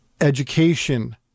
education